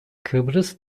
kıbrıs